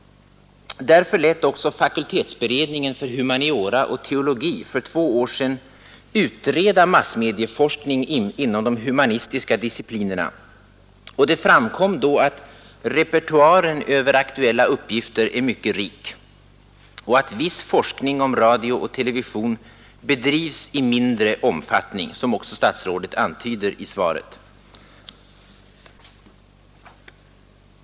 Därför lät också fakultetsberedningen för humaniora och teologi för två år sedan utreda massmedieforskningen inom de humanistiska disciplinerna. Det framkom därvid att repertoaren över aktuella uppgifter är mycket rik och att viss forskning om radio och television bedrivs i mindre omfattning, som också statsrådet antyder i svaret.